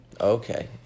okay